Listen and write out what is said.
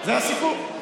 זה הסיפור.